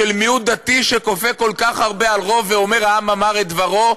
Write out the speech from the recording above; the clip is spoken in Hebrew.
של מיעוט דתי שכופה כל כך הרבה על רוב ואומר: העם אמר את דברו.